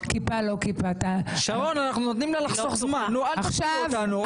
אתה זוכר שגם אותי היא